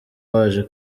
waje